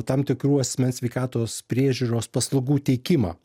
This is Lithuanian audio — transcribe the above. tam tikrų asmens sveikatos priežiūros paslaugų teikimą